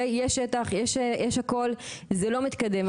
יש שטח, יש הכל, זה לא מתקדם.